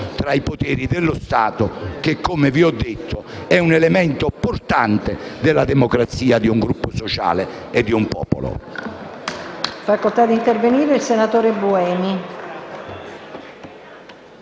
tra i poteri dello Stato che, come vi ho detto, è un elemento portante della democrazia di un gruppo sociale e di un popolo.